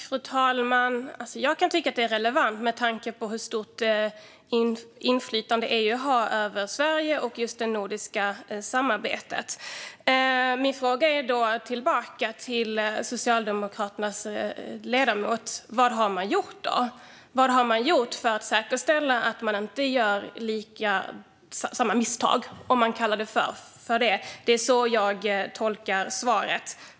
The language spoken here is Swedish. Fru talman! Jag kan tycka att det är relevant med tanke på hur stort inflytande EU har över Sverige och det nordiska samarbetet. Min fråga tillbaka till Socialdemokraternas ledamot blir: Vad har man då gjort? Jag undrar vad man har gjort för att säkerställa att man inte gör samma misstag, om man nu kallar det så - det är så jag tolkar svaret.